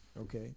Okay